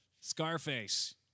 Scarface